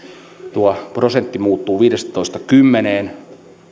nyt kun prosenttiraja muuttuu viidestätoista kymmeneen